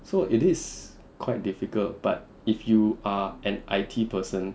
so it is quite difficult but if you are an I_T person